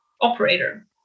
operator